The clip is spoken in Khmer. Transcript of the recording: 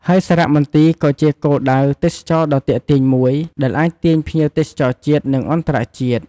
ហើយសារមន្ទីរក៏ជាគោលដៅទេសចរណ៍ដ៏ទាក់ទាញមួយ ដែលអាចទាក់ទាញភ្ញៀវជាតិ និងអន្តរជាតិ។